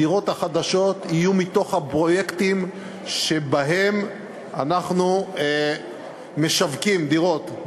הדירות החדשות יהיו מתוך הפרויקטים שבהם אנחנו משווקים דירות,